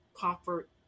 comfort